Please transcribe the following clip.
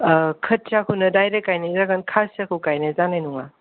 खोथियाखौनो direct गायनाय जागोन खासियाखौ गायनाय जानाय नङा